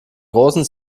großen